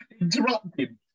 interrupting